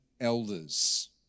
elders